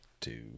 Two